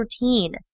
routine